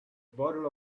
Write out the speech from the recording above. bottle